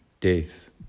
death